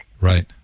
Right